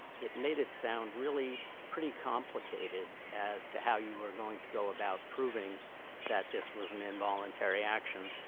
it made it sound really pretty complicated as to how you were going to go about proving that this was an involuntary action,